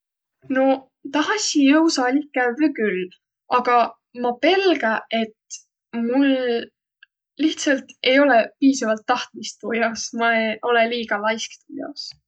No tahasi jõusaalih kävvüq küll, aga ma pelgä, et mul lihtsält ei olõq piisavalt tahtmist tuu jaos, ma olõ liiga laisk tuu jaos.